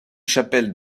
chapelle